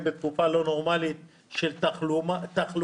בתקופה לא נורמלית של קורונה.